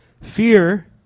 Fear